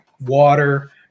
water